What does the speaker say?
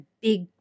big